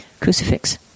crucifix